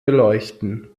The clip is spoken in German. beleuchten